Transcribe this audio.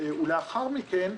ולאחר מכן,